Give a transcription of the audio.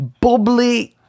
Bubbly